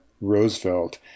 Roosevelt